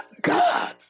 God